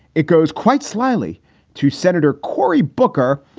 it goes quite slowly to senator corey booker,